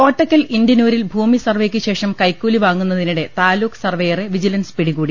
കോട്ടക്കൽ ഇന്ത്യനൂരിൽ ഭൂമി സർവേക്കുശേഷം കൈക്കൂലി വാങ്ങുന്നതിനിടെ താലൂക്ക് സർവേയറെ വിജിലൻസ് പിടികൂടി